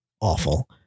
awful